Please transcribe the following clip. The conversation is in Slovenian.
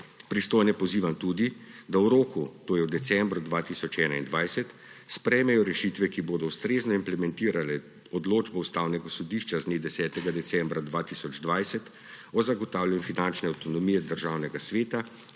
Pristojne pozivam tudi, da v roku, to je do decembra 2021, sprejmejo rešitve, ki bodo ustrezno implementirale odločbo Ustavnega sodišča z dne 10. decembra 2020 o zagotavljanju finančne avtonomije Državnega sveta,